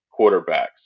quarterbacks